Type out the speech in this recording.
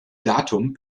datum